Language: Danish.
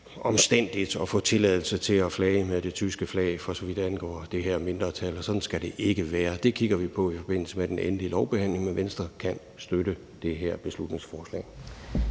omstændigt at få tilladelse til at flage med det tyske flag, for så vidt angår det her mindretal, og sådan skal det ikke være. Det kigger vi på i forbindelse med den endelige lovbehandling. Venstre kan støtte det her beslutningsforslag.